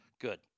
Good